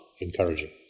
encouraging